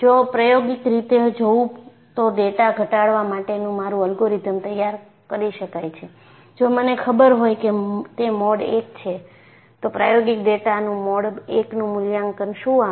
જો હું પ્રાયોગિક રીતે જોવું તો ડેટા ઘટાડવા માટેનું મારું અલ્ગોરિધમ તૈયાર કરી શકાય છે જો મને ખબર હોય કે તે મોડ 1 છે તો પ્રાયોગિક ડેટાનું મોડ 1નું મૂલ્યાંકન શું આવે છે